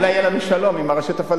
אולי יהיה לנו שלום עם הרשות הפלסטינית,